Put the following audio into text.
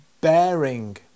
bearing